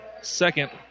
second